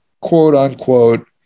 quote-unquote